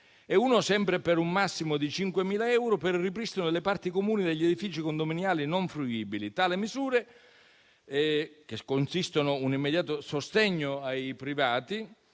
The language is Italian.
e uno, sempre per un massimo di 5.000 euro, per il ripristino delle parti comuni degli edifici condominiali non fruibili. Tali misure, che costituiscono un immediato sostegno ai privati,